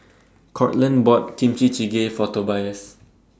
Courtland bought Kimchi Jjigae For Tobias